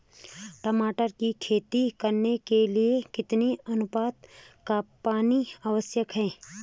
टमाटर की खेती करने के लिए कितने अनुपात का पानी आवश्यक है?